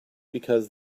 because